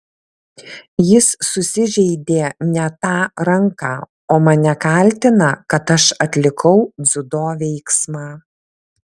jis susižeidė ne tą ranką o mane kaltina kad aš atlikau dziudo veiksmą